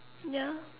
ya